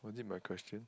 oh is it my question